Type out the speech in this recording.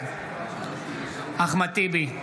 בעד אחמד טיבי,